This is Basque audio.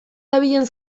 dabilen